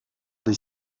des